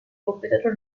completato